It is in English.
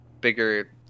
bigger